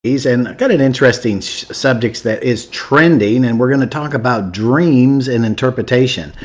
he's and got an interesting subjects that is trending. and we're going to talk about dreams and interpretation.